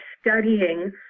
studying